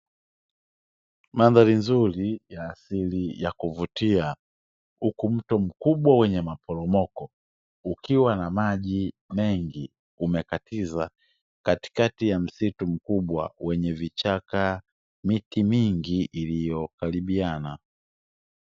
Mandhari nzuri ya asili yakuvutia huku mto mkubwa wenye maporomoko ukiwa na maji mengi, umekatiza katikati ya msitu mkubwa wenye vichaka, miti mingi iliyokaribiana.